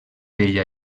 bella